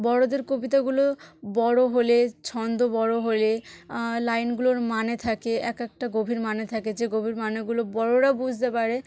বড়োদের কবিতাগুলো বড়ো হলে ছন্দ বড়ো হলে লাইনগুলোর মানে থাকে এক একটা গভীর মানে থাকে যে গভীর মানেগুলো বড়োরা বুঝতে পারে